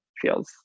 feels